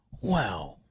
Wow